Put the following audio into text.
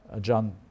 John